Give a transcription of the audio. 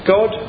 God